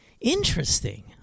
Interesting